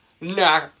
Nah